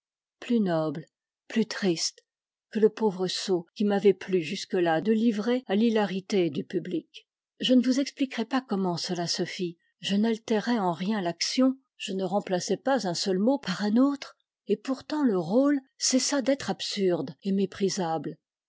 plus noble plus triste que le pauvre sot qu'il m'avait plu jusque-là de livrer à l'hilarité du public je ne vous expliquerai pas comment cela se fit je n'altérai en rien l'action je ne remplaçai pas un seul mot par un autre et pourtant le rôle cessa d'être absurde